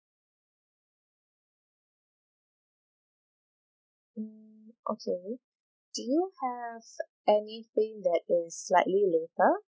hmm okay do you have anything that is slightly later